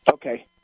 Okay